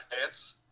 pants